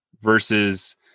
versus